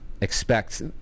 Expect